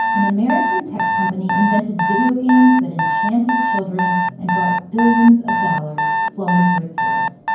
an american tech company invented video games that enchanted children and brought billions of dollars flowing through its doors.